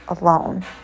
alone